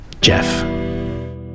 jeff